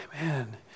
man